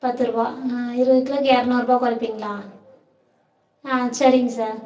பத்துரூபா இருபது கிலோக்கு இரநூறுபா குறப்பீங்களா ஆ சரிங்க சார்